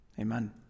Amen